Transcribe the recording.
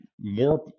more